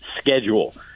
schedule